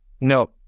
no